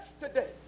today